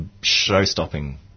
show-stopping